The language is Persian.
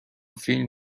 فیلم